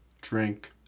Drink